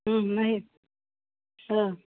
नायो ओं